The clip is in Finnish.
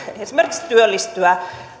esimerkiksi työllistyä